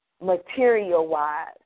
material-wise